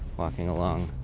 walking along